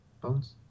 Bones